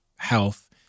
health